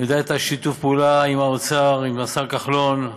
אני יודע את שיתוף הפעולה עם האוצר, עם השר כחלון,